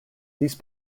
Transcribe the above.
these